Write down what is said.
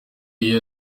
iyo